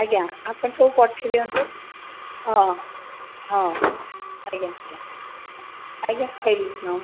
ଆଜ୍ଞା ଆପଣ ସବୁ ପଠେଇ ଦିଅନ୍ତୁ ହଁ ହଁ ହଁ ଆଜ୍ଞା ଆଜ୍ଞା ଆଜ୍ଞା ରହିଲି ନମସ୍କାର୍